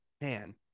man